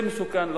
זה מסוכן לחברה.